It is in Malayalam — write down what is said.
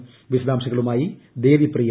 പ്രി വിശദാംശങ്ങളുമായി ്ലദേവിപ്രിയ